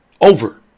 over